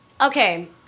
Okay